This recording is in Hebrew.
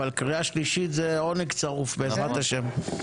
אבל קריאה שלישית זה עונג צרוף בעזרת ה'.